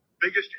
Biggest